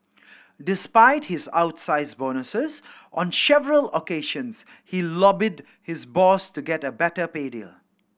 despite his outsize bonuses on several occasions he lobbied his boss to get a better pay deal